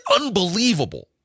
unbelievable